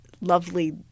lovely